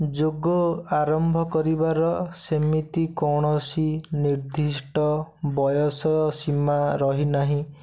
ଯୋଗ ଆରମ୍ଭ କରିବାର ସେମିତି କୌଣସି ନିର୍ଦ୍ଧିଷ୍ଟ ବୟସ ସୀମା ରହିନାହିଁ